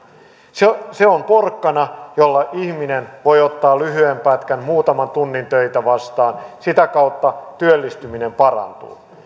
se se on porkkana jolla ihminen voi ottaa lyhyen pätkän muutaman tunnin töitä vastaan sitä kautta työllistyminen parantuu